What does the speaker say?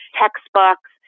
textbooks